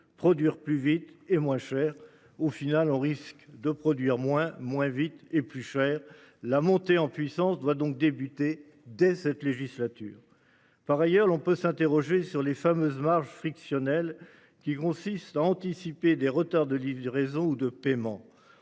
produire plus vite et moins cher au final, on risque de produire moins moins vite et plus cher. La montée en puissance doit donc débuter dès cette législature. Par ailleurs, l'on peut s'interroger sur les fameuses marges frictionnel qui consiste à anticiper des retards de livraison ou de paiement.